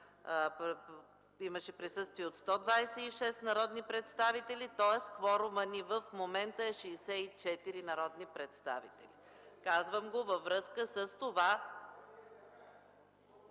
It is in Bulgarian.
имаше присъствие от 126 народни представители, тоест кворумът ни в момента е 64 народни представители. Казвам го във връзка с това...